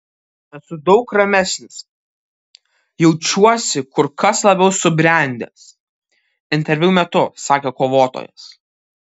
esu daug ramesnis jaučiuosi kur kas labiau subrendęs interviu metu sakė kovotojas